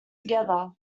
together